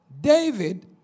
David